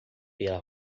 pela